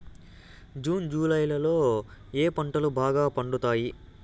June July లో ఏ పంటలు బాగా పండుతాయా?